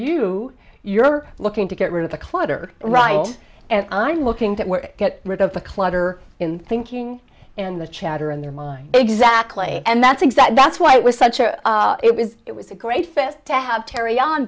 you you're looking to get rid of the clutter right and i'm looking to get rid of the clutter in thinking and the chatter in their mind exactly and that's exactly that's why it was such a it was it was a great fit to have terry on